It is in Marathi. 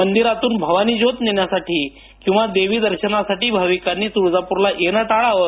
मंदिरातून भवानी ज्योत नेण्यासाठी किंवा देवी दर्शनासाठी भाविकांनी तुळजाप्रला येण टाळावं